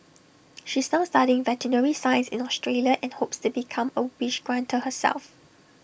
she is now studying veterinary science in Australia and hopes to become A wish granter herself